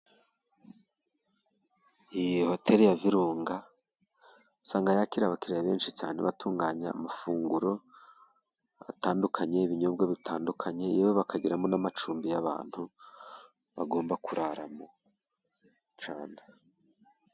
Iyi Hoteli ya Virunga usanga yakira abakiriya benshi cyane. Batunganya amafunguro atandukanye, ibinyobwa bitandukanye yewe bakagiramo n'amacumbi y'abantu bagomba kuraramo cyane.